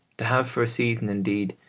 to have for a season, indeed,